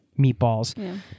meatballs